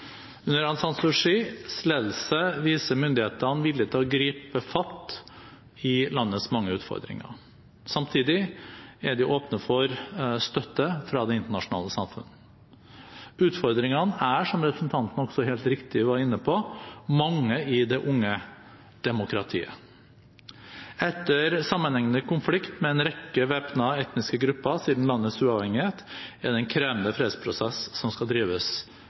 Under Aung San Suu Kyis ledelse viser myndighetene vilje til å gripe fatt i landets mange utfordringer. Samtidig er de åpne for støtte fra det internasjonale samfunnet. Utfordringene er – som representanten også helt riktig var inne på – mange i det unge demokratiet. Etter sammenhengende konflikt med en rekke væpnede etniske grupper siden landets uavhengighet er det en krevende fredsprosess som skal drives